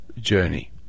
journey